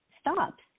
stops